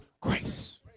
grace